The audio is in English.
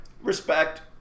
respect